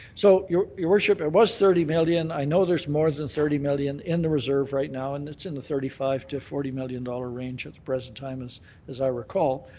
so your your worship, it was thirty million. i know there's more than thirty million in the reserve right now and it's in the thirty five to forty million dollar range at the present time as as i recall.